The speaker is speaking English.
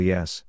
Yes